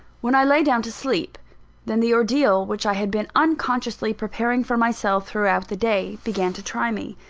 when i lay down to sleep then the ordeal which i had been unconsciously preparing for myself throughout the day, began to try me.